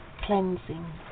cleansing